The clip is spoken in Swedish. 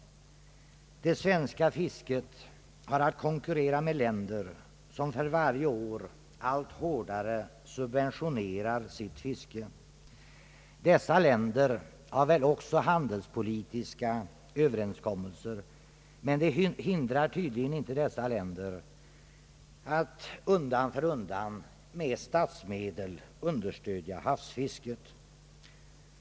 Det svenska fisket har att konkurrera med länder som för varje år allt hårdare subventionerar sitt fiske. Dessa länder har väl också han delspolitiska överenskommelser eller åtaganden. Det hindrar tydligen inte dessa länder att undan för undan med statsmedel stödja havsfisket.